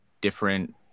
different